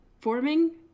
forming